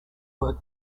work